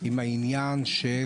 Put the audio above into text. בעניין של